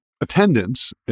Attendance